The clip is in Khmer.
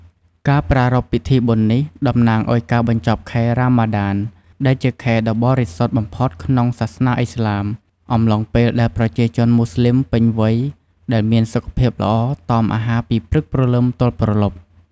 ការប្រារព្ធពិធីបុណ្យនេះ តំណាងឱ្យការបញ្ចប់ខែ រ៉ាម៉ាដាន ដែលជាខែដ៏បរិសុទ្ធបំផុតក្នុងសាសនាឥស្លាម អំឡុងពេលដែលប្រជាជនម៉ូស្លីមពេញវ័យដែលមានសុខភាពល្អតមអាហារពីព្រឹកព្រលឹមទល់ព្រលប់